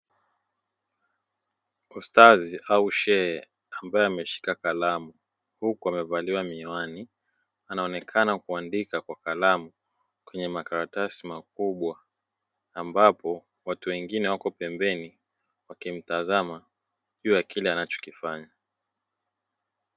Ustadhi au sheikh ambaye ameshika kalamu huku amevalia miwani, anaonekana kuandika kwa kalamu kwenye makaratasi makubwa ambapo watu wengine wapo pembeni wakimtazama juu ya kile anachokifanya.